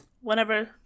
Whenever